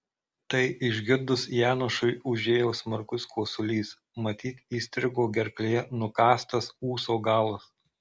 tai išgirdus janošui užėjo smarkus kosulys matyt įstrigo gerklėje nukąstas ūso galas